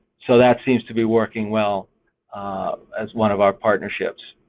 so that seems to be working well as one of our partnerships.